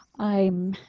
i'm